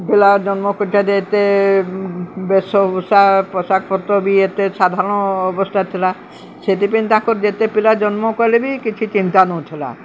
ପିଲା ଜନ୍ମ କରି ଯେ ଏତେ ବେଶଭୂଷା ପୋଷାକପତ୍ର ବି ଏତେ ସାଧାରଣ ଅବସ୍ଥାରେ ଥିଲା ସେଥିପାଇଁ ତାଙ୍କର ଯେତେ ପିଲା ଜନ୍ମ କଲେ ବି କିଛି ଚିନ୍ତା ନଥିଲା